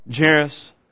Jairus